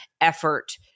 effort